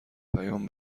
پیام